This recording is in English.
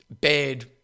bad